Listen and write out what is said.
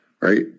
right